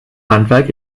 handwerk